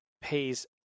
pays